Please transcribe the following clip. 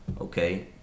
okay